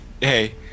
hey